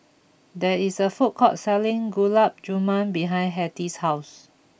there is a food court selling Gulab Jamun behind Hetty's house